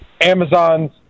Amazon's